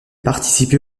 participé